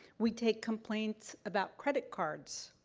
we take complaints about credit cards,